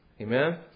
Amen